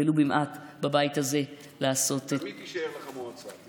ולו במעט, בבית הזה לעשות, תמיד תישאר לך המועצה.